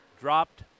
Dropped